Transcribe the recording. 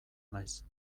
naiz